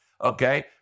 Okay